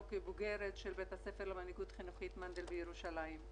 כבוגרת בית הספר למנהיגות חינוכית מנדל בירושלים.